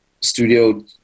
studio